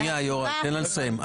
שנייה, יוראי, תן לה לסיים.